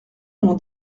mon